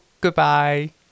Goodbye